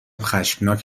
خشمناک